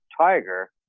Tiger